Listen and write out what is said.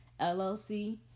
LLC